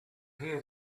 hear